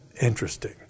interesting